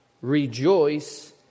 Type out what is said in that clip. Rejoice